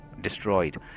destroyed